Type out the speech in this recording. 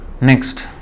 Next